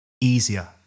easier